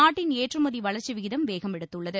நாட்டின் ஏற்றுமதி வளர்ச்சி விகிதம் வேகமெடுத்துள்ளது